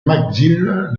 mcgill